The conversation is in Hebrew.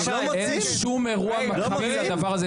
אין שום אירוע מקביל לדבר הזה,